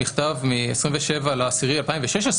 המכתב מ-27.10.2016,